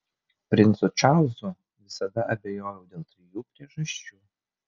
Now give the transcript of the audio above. princu čarlzu visada abejojau dėl trijų priežasčių